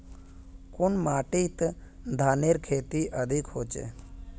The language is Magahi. कुन माटित धानेर खेती अधिक होचे?